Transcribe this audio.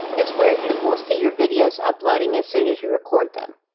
is where you will see your videos uploading as soon as you record them.